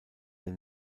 der